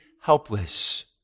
helpless